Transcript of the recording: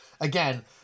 Again